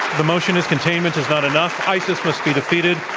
the motion is containment is not enough isis must be defeated.